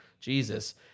Jesus